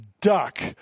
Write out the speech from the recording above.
duck